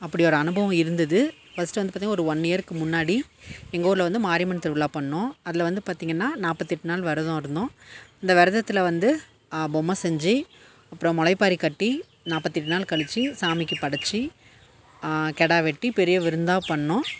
அப்படி ஒரு அனுபவம் இருந்தது ஃபஸ்ட்டு வந்து பார்த்திங்கனா ஒரு ஒன் இயர்க்கு முன்னாடி எங்கள் ஊர்ல வந்து மாரியம்மன் திருவிழா பண்ணோம் அதில் வந்து பார்த்திங்கனா நாற்பத்தெட்டு நாள் விரதம் இருந்தோம் இந்த விரதத்துல வந்து பொம்மை செஞ்சு அப்புறம் முளைப்பாரி கட்டி நாற்பத்தெட்டு நாள் கழிச்சு சாமிக்கு படைச்சு கிடா வெட்டி பெரிய விருந்தாக பண்ணோம்